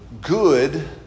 good